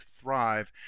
thrive